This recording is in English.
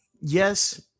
yes